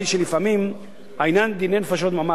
שלפעמים העניין הוא דיני נפשות ממש.